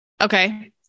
Okay